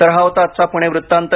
तर हा होता आजचा पुणे वृत्तांत